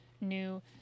new